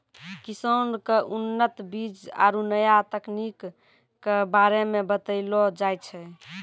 किसान क उन्नत बीज आरु नया तकनीक कॅ बारे मे बतैलो जाय छै